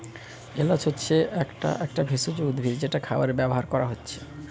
এলাচ হচ্ছে একটা একটা ভেষজ উদ্ভিদ যেটা খাবারে ব্যাভার কোরা হচ্ছে